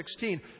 16